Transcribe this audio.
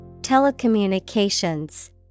Telecommunications